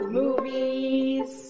movies